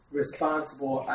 responsible